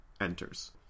enters